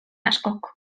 askok